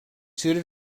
suited